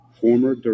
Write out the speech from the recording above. former